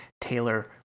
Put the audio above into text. taylor